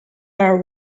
are